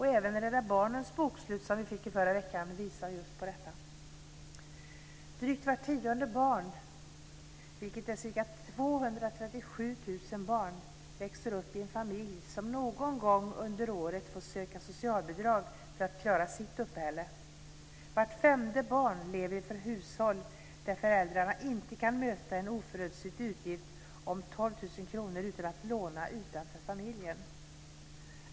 Även Rädda Barnens bokslut, som vi fick i förra veckan, visar på detta. Drygt vart tionde barn - ca 237 000 barn - växer upp i en familj som någon gång under året får söka socialbidrag för att klara uppehället. Vart femte barn lever i hushåll där föräldrarna inte kan möta en oförutsedd utgift om 12 000 kr utan att låna utanför familjen.